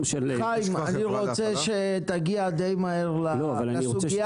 חיים, אני רוצה שתגיע די מהר לסוגיה